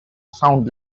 sound